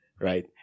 Right